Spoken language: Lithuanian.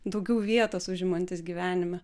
daugiau vietos užimantis gyvenime